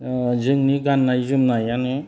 जोंनि गाननाय जोमनायानो